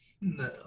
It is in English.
No